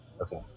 Okay